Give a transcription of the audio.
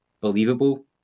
believable